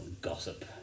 gossip